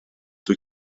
dwyt